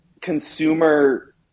consumer